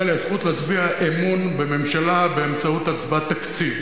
לי הזכות להצביע אמון בממשלה באמצעות הצבעת תקציב.